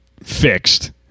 fixed